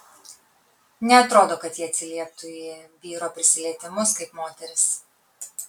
neatrodo kad ji atsilieptų į vyro prisilietimus kaip moteris